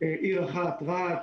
עיר אחת רהט,